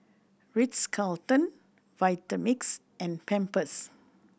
Ritz Carlton Vitamix and Pampers